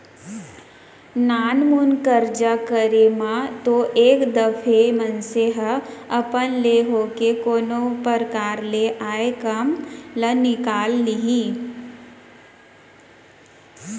नानमुन के कारज म तो एक दफे मनसे ह अपन ले होके कोनो परकार ले आय काम ल निकाल लिही